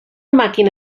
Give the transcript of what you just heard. màquina